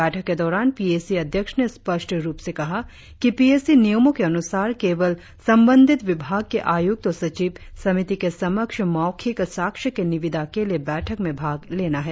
बैठक के दौरान पी ए सी अध्यक्ष ने स्पष्ट रुप से कहा कि पी ए सी नियमों के अनुसार केवल संबंधित विभाग के आयुक्त और सचिव समिति के समक्ष मौखिक साक्ष्य के निविदा के लिए बैठक में भाग लेना है